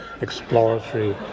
exploratory